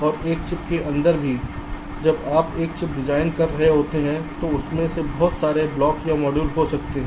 और एक चिप के अंदर भी जब आप एक चिप डिजाइन कर रहे होते हैं तो उनमें से बहुत सारे ब्लॉक या मॉड्यूल हो सकते हैं